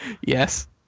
Yes